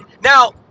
now